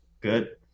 good